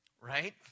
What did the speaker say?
right